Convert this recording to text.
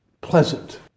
pleasant